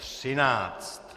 13.